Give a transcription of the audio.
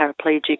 paraplegic